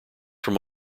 from